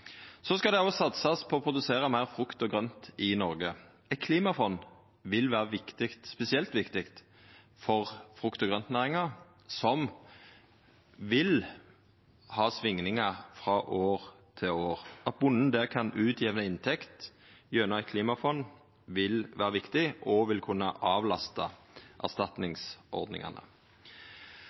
Det skal òg satsast på å produsera meir frukt og grønt i Noreg. Eit klimafond vil vera spesielt viktig for frukt- og grøntnæringa, som vil ha svingingar frå år til år. At bonden der kan jamna ut inntektene gjennom eit klimafond, vil vera viktig og vil kunna avlasta erstatningsordningane.